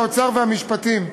האוצר והמשפטים.